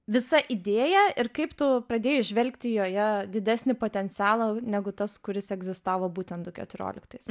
visa idėja ir kaip tu pradėjai įžvelgti joje didesnį potencialą negu tas kuris egzistavo būtent du keturioliktais